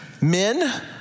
men